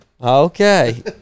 Okay